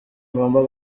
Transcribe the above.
ngomba